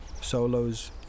solos